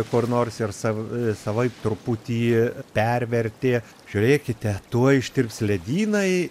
kur nors ir sava savaip truputy pervertė žiūrėkite tuoj ištirps ledynai